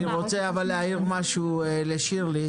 אני רוצה להעיר משהו לשירלי.